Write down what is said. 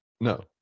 No